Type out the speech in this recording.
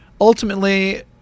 ultimately